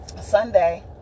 Sunday